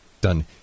done